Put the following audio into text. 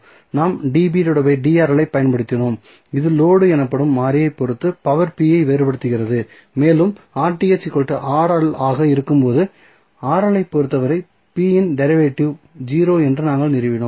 நாம் ஐப் பயன்படுத்தினோம் இது லோடு எனப்படும் மாறியைப் பொறுத்து பவர் ஐ வேறுபடுத்துகிறது மேலும் ஆக இருக்கும்போது ஐப் பொறுத்தவரை p இன் டெரிவேட்டிவ் 0 என்று நாங்கள் நிறுவினோம்